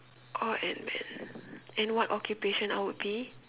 or ant man and what occupation I would be